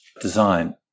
design